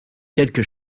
quelque